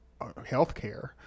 healthcare